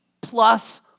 plus